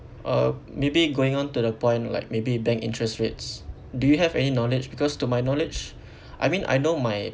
uh maybe going on to the point like maybe bank interest rates do you have any knowledge because to my knowledge I mean I know my